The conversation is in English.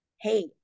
hey